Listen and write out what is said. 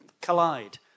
collide